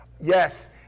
Yes